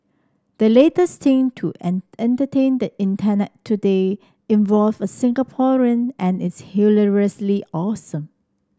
the latest thing to entertain the Internet today involves a Singaporean and it's hilariously awesome